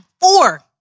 four